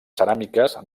ceràmiques